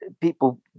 people